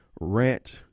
ranch